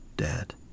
Dead